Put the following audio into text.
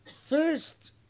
First